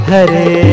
Hare